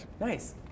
Nice